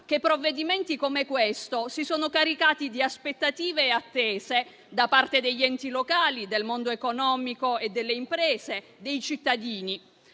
che provvedimenti come questo si sono caricati di aspettative e attese da parte degli enti locali, del mondo economico e delle imprese e dei cittadini